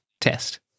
test